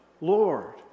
Lord